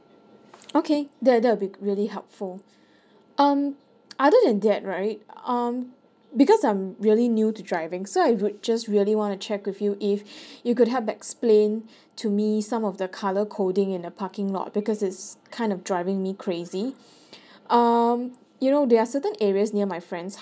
okay that that will be really helpful um other than that right um because I'm really new to driving so I would just really wanna check with you if you could help explain to me some of the colour coding in a parking lot because it's kind of driving me crazy um you know there are certain areas near my friend's